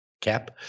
cap